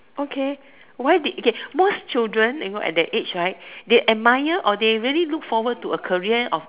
okay why did okay most children you know at that age right they admire or they really look forward to a career of